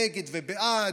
נגד ובעד.